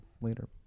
later